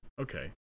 Okay